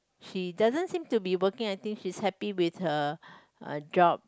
she doesn't seem to be working I think she is happy with her uh job